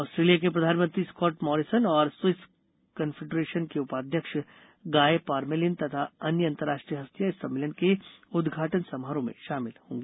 Australia के प्रधानमंत्री Scott Morrison और स्विस कन्फेडरेशन के उपाध्यक्ष गाये पारमेलिन तथा अन्य अंतर्राष्ट्रीय हस्तियां इस सम्मेलन के उद्घाटन समारोह में शामिल होंगी